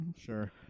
Sure